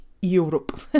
Europe